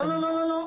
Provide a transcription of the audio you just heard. לא, לא.